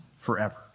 forever